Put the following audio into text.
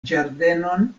ĝardenon